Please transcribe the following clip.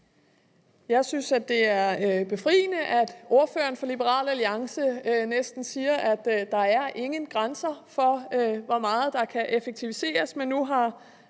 Jeg synes, det er befriende, at ordføreren for Liberal Alliance næsten siger, at der ingen grænser er for, hvor meget der kan effektiviseres.